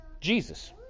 Jesus